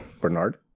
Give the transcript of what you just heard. Bernard